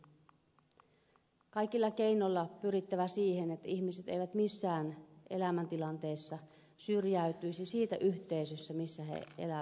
kaikilla keinoilla on pyrittävä siihen että ihmiset eivät missään elämäntilanteessa syrjäytyisi siitä yhteisöstä missä he elävät ja ovat